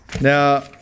Now